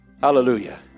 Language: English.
hallelujah